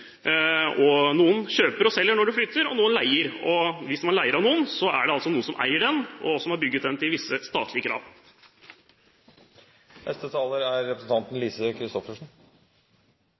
Noen kjøper, og selger når de flytter, og noen leier. Hvis man leier av noen, er det altså noen som eier den, og som har bygget den etter visse statlige krav. Jeg skal være kort, det er